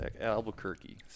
albuquerque